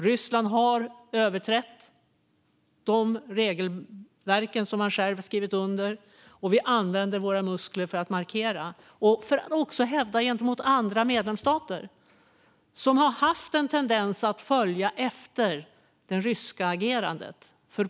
Ryssland har överträtt de regelverk som de själva har skrivit under, och vi använder våra muskler för att markera och också hävda värdena gentemot andra medlemsstater som har haft en tendens att följa efter det ryska agerandet.